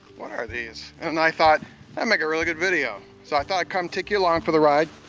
what are these? and and i thought, that'd and make a really good video, so i thought i'd come take you along for the ride.